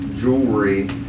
Jewelry